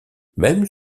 même